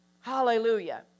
Hallelujah